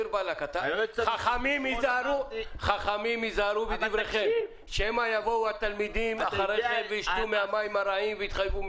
חכמים היזהרו בדבריכם שמא יבואו התלמידים אחרי זה וישתו ומהמים הרעים.